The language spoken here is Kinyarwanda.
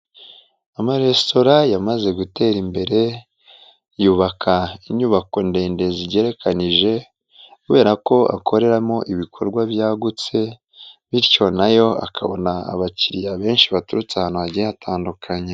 Amaresitora yamaze gutera imbere, yubaka inyubako ndende zigereranyije kubera ko akoreramo ibikorwa byagutse bityo nayo akabona abakiriya benshi baturutse ahantu hagiye hatandukanye.